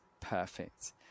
perfect